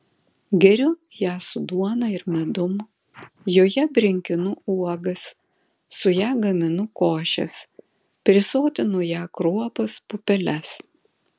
geriu ją su duona ir medum joje brinkinu uogas su ja gaminu košes prisotinu ja kruopas pupeles